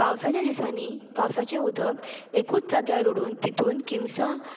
पावसाच्या दिसांनी पावसाचें उदक एकूच जाग्यार उरून तितून किमसां